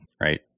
Right